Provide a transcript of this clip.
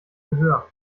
gehör